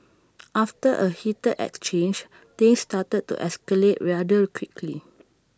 after A heated exchange things started to escalate rare rather quickly